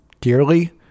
dearly